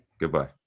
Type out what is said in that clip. Goodbye